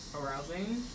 arousing